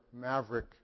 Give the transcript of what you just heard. maverick